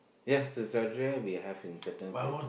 yes Saizeriya we have in certain places